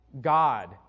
God